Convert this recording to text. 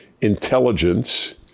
intelligence